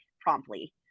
promptly